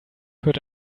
hört